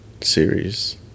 series